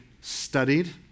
studied